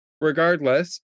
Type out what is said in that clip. regardless